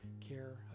care